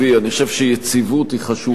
אני חושב שהיציבות היא חשובה,